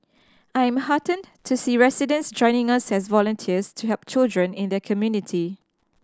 I am heartened to see residents joining us as volunteers to help children in their community